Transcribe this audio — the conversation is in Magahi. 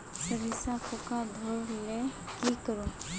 सरिसा पूका धोर ले की करूम?